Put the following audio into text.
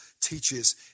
teaches